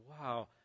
wow